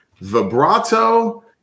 Vibrato